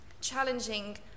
challenging